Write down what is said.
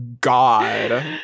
God